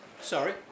Sorry